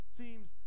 seems